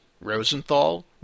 Rosenthal